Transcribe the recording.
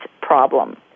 problem